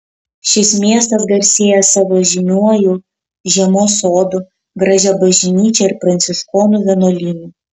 šis miestas garsėja savo žymiuoju žiemos sodu gražia bažnyčia ir pranciškonų vienuolynu